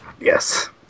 Yes